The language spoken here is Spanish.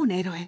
un héroe